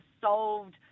solved